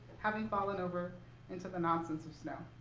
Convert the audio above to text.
having fallen over into the nonsense of snow.